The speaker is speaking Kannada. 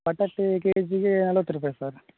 ಬಟಾಟೆ ಕೆ ಜಿಗೆ ನಲ್ವತ್ತು ರೂಪಾಯಿ ಸರ್